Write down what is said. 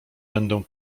będę